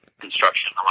construction